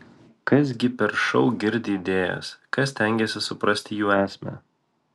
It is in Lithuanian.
kas gi per šou girdi idėjas kas stengiasi suprasti jų esmę